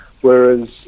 Whereas